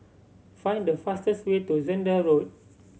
find the fastest way to Zehnder Road